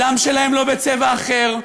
הדם שלהם לא בצבע אחר,